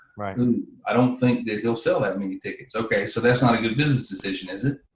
i don't think that he'll sell that many tickets. okay, so that's not a good business decision, is it?